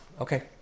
Okay